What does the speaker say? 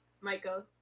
michael